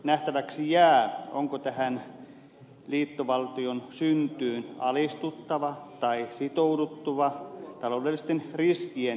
nähtäväksi jää onko tähän liittovaltion syntyyn alistuttava tai sitouduttava taloudellisten riskien hillitsemiseksi